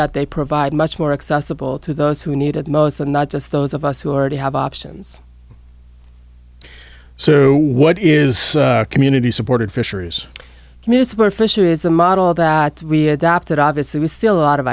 that they provide much more accessible to those who need it most and not just those of us who already have options so what is community supported fisheries community support fisher is a model that we adopted obviously we still a lot of